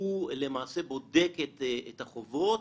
הוא בודק את החובות,